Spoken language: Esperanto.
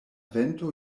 vento